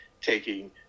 taking